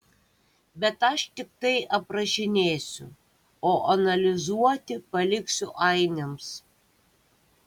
bet aš tiktai aprašinėsiu o analizuoti paliksiu ainiams